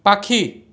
পাখি